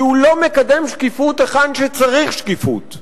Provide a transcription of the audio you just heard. כי הוא לא מקדם שקיפות היכן שצריך שקיפות.